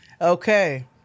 Okay